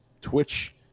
Twitch